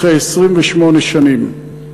כדי להגיד את זה אחרי 28 שנים.